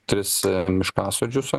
tris miškasodžius